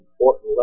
important